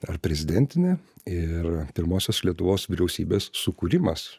ar prezidentinė ir pirmosios lietuvos vyriausybės sukūrimas